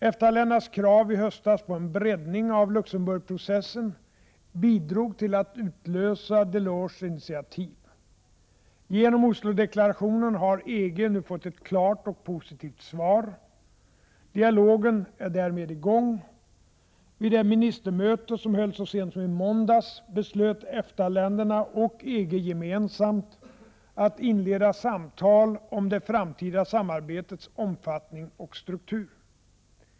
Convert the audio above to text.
EFTA-ländernas krav i höstas på en breddning av Luxemburgprocessen bidrog till att utlösa Delors initiativ. Genom Oslodeklarationen har EG nu fått ett klart och positivt svar. Dialogen är därmed i gång. Vid det ministermöte som hölls så sent som i måndags beslöt EFTA-länderna och EG gemensamt att inleda samtal om det framtida samarbetets omfattning och struktur.